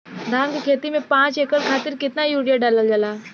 धान क खेती में पांच एकड़ खातिर कितना यूरिया डालल जाला?